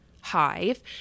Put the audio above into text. hive